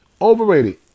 overrated